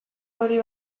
hori